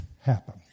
happen